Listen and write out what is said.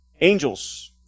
Angels